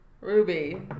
Ruby